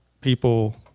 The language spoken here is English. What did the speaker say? people